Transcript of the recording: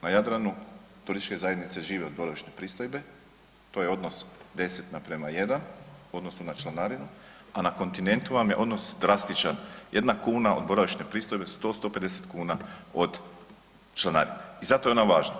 Na Jadranu turističke zajednice žive od boravišne pristojbe, to je odnos 10:1 u odnosu na članarinu, a na kontinentu vam je odnos drastičan, jedna kuna od boravišne pristojbe 100 do 150 kuna od članarine i zato je ona važna.